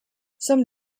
some